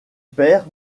père